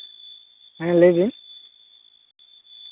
ᱦᱮᱸ ᱞᱟᱹᱭ ᱵᱤᱱ